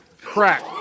Crack